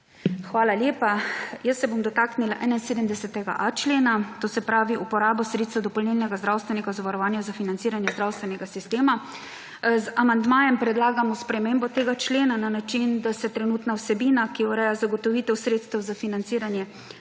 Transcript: Hvala lepa. Jaz se bom dotaknila 71.a člena, to se pravi uporabo sredstev dopolnilnega zdravstvenega zavarovanja za financiranje zdravstvenega sistema. Z amandmajem predlagamo spremembo tega člena na način, da se trenutna vsebina, ki ureja zagotovitev sredstev za financiranje nekaterih